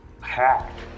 hacked